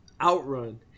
OutRun